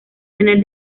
tener